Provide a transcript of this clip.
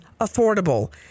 affordable